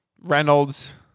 Reynolds